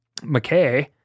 McKay